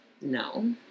No